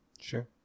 Sure